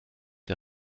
der